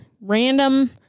random